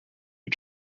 you